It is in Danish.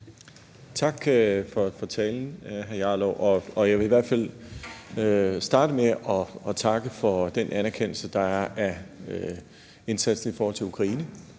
Tak for talen, hr. Rasmus Jarlov. Jeg vil i hvert fald starte med at takke for den anerkendelse, der er af indsatsen i forhold til Ukraine,